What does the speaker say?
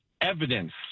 evidence